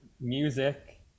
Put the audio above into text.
music